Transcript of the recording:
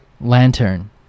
Lantern